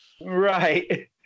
Right